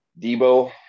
Debo